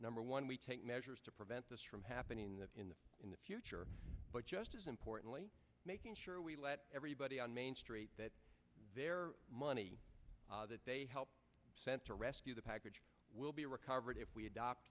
number one we take measures to prevent this from happening in the in the future but just as importantly making sure we let everybody on main street that their money that they help to rescue the package will be recovered if we adopt